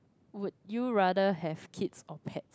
would you rather have kids or pet